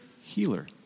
healer